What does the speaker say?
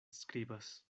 skribas